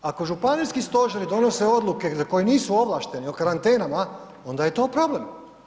Ako županijski stožeri donose odluke za koje nisu ovlašteni o karantenama onda je to problem.